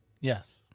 yes